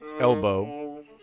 Elbow